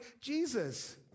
Jesus